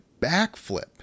backflip